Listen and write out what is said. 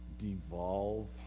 devolve